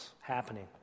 happening